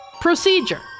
Procedure